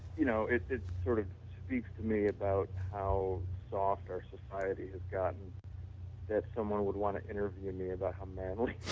you know, it sort of speaks to me about how soft our society has gotten that someone would want to interview me about how manly